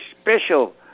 special